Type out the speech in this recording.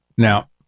Now